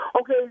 Okay